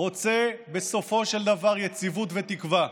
רוצה בסופו של דבר יציבות ותקווה.